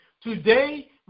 Today